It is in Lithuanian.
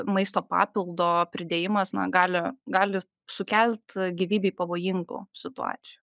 maisto papildo pridėjimas na gali gali sukelt gyvybei pavojingų situacijų